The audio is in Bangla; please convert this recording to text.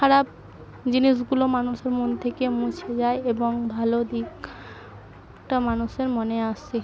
খারাপ জিনিসগুলো মানুষের মন থেকে মুছে যায় এবং ভালো দিকটা মানুষের মনে আসে